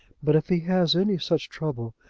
but if he has any such trouble,